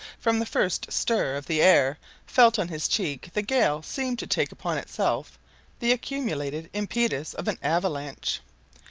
from the first stir of the air felt on his cheek the gale seemed to take upon itself the accumulated impetus of an avalanche.